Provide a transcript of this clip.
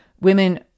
women